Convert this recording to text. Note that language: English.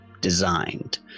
designed